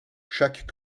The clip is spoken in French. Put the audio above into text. chaque